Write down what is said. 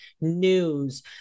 news